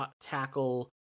tackle